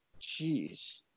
Jeez